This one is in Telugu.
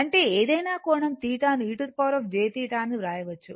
అంటే ఏదైనా కోణం θ ను e jθ అని వ్రాయవచ్చు